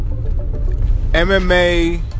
MMA